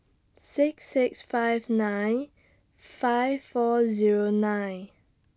six six five nine five four Zero nine